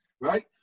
Right